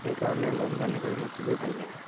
সেইকাৰণে long journey কৰি মোৰ খুবেই ভাল লাগে